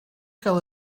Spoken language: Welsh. gael